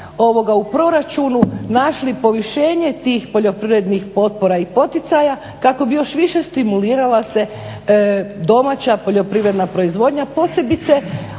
u proračunu našli povišenje tih poljoprivrednih potpora i poticaja kako bi još više stimulirala se domaća poljoprivredna proizvodnja posebice